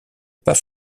pas